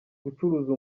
gucuruza